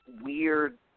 weird